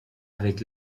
avec